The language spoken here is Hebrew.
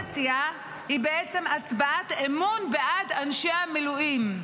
הצבעה בעד החוק שאני מציעה היא בעצם הצבעת אמון בעד אנשי המילואים.